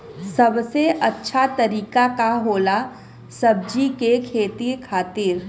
सबसे अच्छा तरीका का होला सब्जी के खेती खातिर?